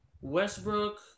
Westbrook